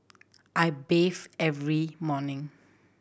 I bathe every morning